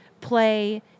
play